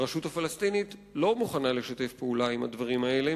הרשות הפלסטינית לא מוכנה לשתף פעולה עם הדברים האלה,